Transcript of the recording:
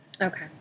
Okay